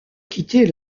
quitter